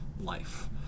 life